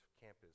campus